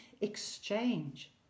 exchange